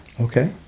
Okay